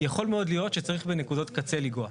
יכול מאוד להיות שצריך בנקודות קצה לגעת.